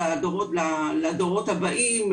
לדורות הבאים,